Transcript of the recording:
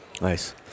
nice